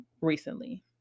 recently